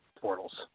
Portals